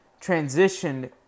transitioned